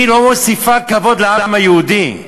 היא לא מוסיפה כבוד לעם היהודי.